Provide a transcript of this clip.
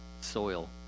soil